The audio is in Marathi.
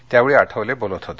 त्यावेळी आठवले बोलत होते